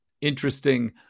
interesting